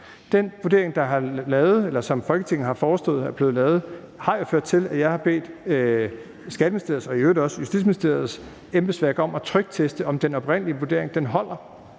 Den vurdering, som Folketinget har forestået, har jo ført til, at jeg har bedt Skatteministeriets og i øvrigt også Justitsministeriets embedsværk om at trykteste, om den oprindelige vurdering holder.